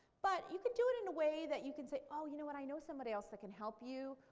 but you can do it in a way that you can say, oh you know what, i know somebody else that can help you,